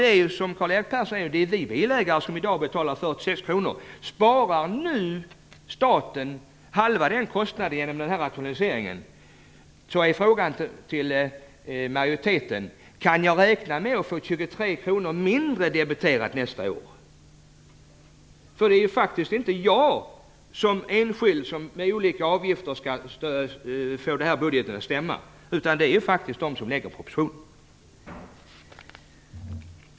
Det är ju, som Karl-Erik Persson sade, vi bilägare som i dag betalar dessa 46 kronor. Jag vill då fråga majoriteten: Om staten sparar halva den kostnaden genom den här rationaliseringen, kan jag då räkna med att bli debiterad 23 kronor mindre nästa år? Det är ju faktiskt inte jag som enskild person som skall få den här budgeten att stämma utan det är de som lägger fram propositionen.